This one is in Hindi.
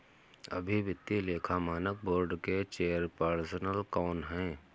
अभी वित्तीय लेखा मानक बोर्ड के चेयरपर्सन कौन हैं?